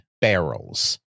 barrels